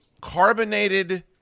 carbonated